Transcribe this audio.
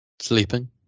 sleeping